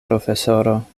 profesoro